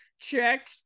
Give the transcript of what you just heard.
check